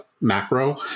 macro